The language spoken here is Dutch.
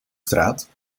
straat